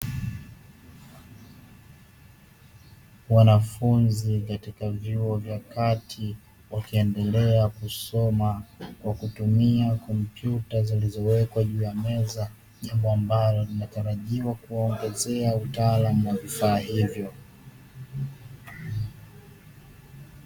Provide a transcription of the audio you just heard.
Wanafunzi katika vyuo vya kati wakiendelea kusoma kwa kutumia kompyuta zilizowekwa juu ya meza jambo ambalo linatarajiwa kuongezea utaalamu wa vifaa hivyo.